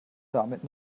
damit